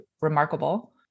remarkable